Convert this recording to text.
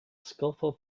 skilful